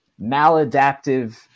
maladaptive